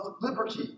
liberty